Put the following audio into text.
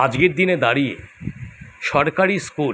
আজকের দিনে দাঁড়িয়ে সরকারি স্কুল